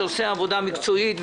שעושה עבודה מקצועית,